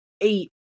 eight